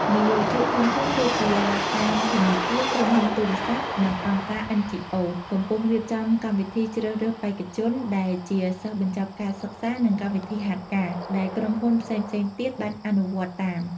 និយោជកធំៗដូចជាតាម ធនាគារ ក្រុមហ៊ុនទូរស័ព្ទ និងអង្គការ NGO កំពុងរៀបចំកម្មវិធីជ្រើសរើសបេក្ខជនដែលជាសិស្សបញ្ចប់ការសិក្សា និងកម្មវិធីហាត់ការ ដែលក្រុមហ៊ុនផ្សេងៗទៀតបានអនុវត្តតាម។